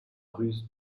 ruse